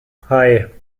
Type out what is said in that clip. hei